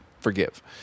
forgive